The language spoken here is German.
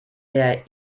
der